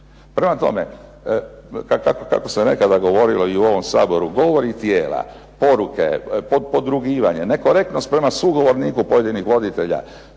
Prema tome, kako se nekada govorilo i u ovom Saboru govori tijela, poruke, podrugivanje, nekorektnost prema sugovorniku pojedinih voditelja